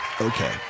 Okay